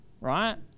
right